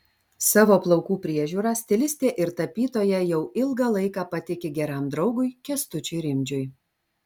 savo plaukų priežiūrą stilistė ir tapytoja jau ilgą laiką patiki geram draugui kęstučiui rimdžiui